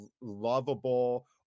lovable